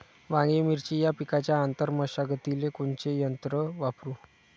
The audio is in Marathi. वांगे, मिरची या पिकाच्या आंतर मशागतीले कोनचे यंत्र वापरू?